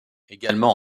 également